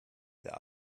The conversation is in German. der